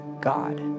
God